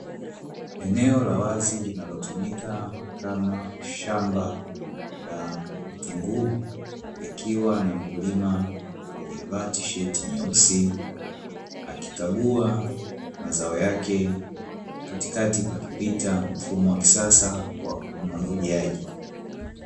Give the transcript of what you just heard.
Eneo la wazi linalotumika kama shamba la vitunguu likiwa na mkulima aliyevaa fulana nyeusi, akikagua mazao yake katikati pakipita mfumo wa kisasa wa umwagiliaji.